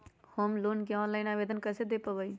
Home loan के online आवेदन कैसे दें पवई?